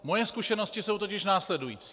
Moje zkušenosti jsou totiž následující.